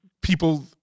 people